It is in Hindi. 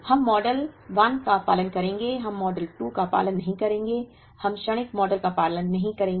हम मॉडल 1 का पालन करेंगे हम मॉडल 2 का पालन नहीं करेंगे हम क्षणिक मॉडल का पालन नहीं करेंगे